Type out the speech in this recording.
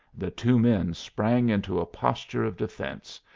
the two men sprang into a posture of defense,